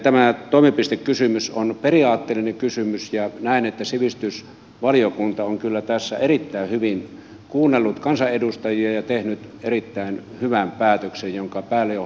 tämä toimipistekysymys on periaatteellinen kysymys ja näen että sivistysvaliokunta on kyllä tässä erittäin hyvin kuunnellut kansanedustajia ja tehnyt erittäin hyvän päätöksen jonka päälle on hyvä rakentaa